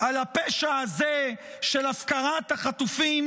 על הפשע הזה של הפקרת החטופים